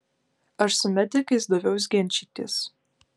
aš su medikais daviaus ginčytis